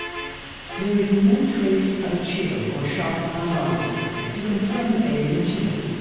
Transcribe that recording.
there is no trace of a chisel or shock on the obelisks to confirm that they have been chiseled.